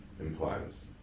implies